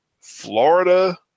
Florida